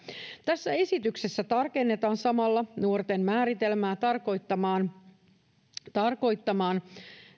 tässä esityksessä tarkennetaan samalla nuorten määritelmää tarkoittamaan tarkoittamaan